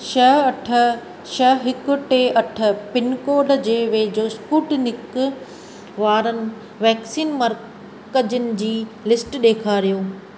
छह अठ छह हिकु टे अठ पिनकोडु जे वेझो स्पूतनिक वारनि वैक्सीन मर्कज़नि जी लिस्टु ॾेखारियो